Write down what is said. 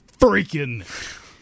freaking